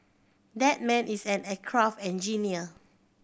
that man is an aircraft engineer